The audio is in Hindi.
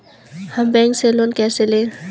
हम बैंक से लोन कैसे लें?